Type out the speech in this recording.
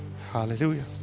Hallelujah